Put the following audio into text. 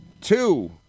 Two